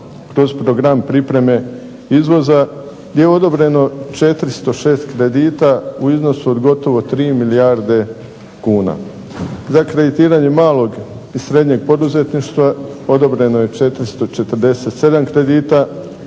kroz program pripreme izvoza gdje je odobreno 406 kredita u iznosu od gotovo 3 milijarde kuna. Za kreditiranje malog i srednjeg poduzetništva odobreno je 447 kredita